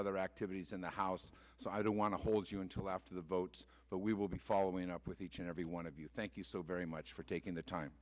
other activities in the house so i don't want to hold you until after the votes but we will be following up with each and every one of you thank you so very much for taking the time